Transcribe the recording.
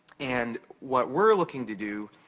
and what we're looking to do,